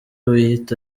wiyita